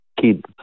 kids